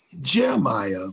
Jeremiah